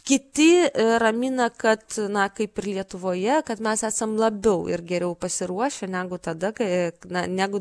kiti ramina kad na kaip ir lietuvoje kad mes esam labiau ir geriau pasiruošę negu tada kai na negu